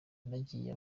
naragiye